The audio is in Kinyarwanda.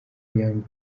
young